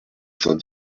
saint